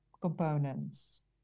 components